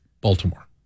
Baltimore